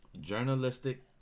journalistic